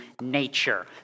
nature